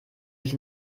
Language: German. sich